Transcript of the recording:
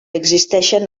existeixen